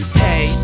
hey